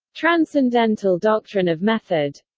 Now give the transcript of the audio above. transcendental doctrine of method